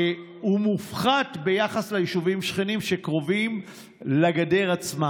מופחת ביחס ליישובים שכנים שקרובים לגדר עצמה.